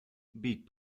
beat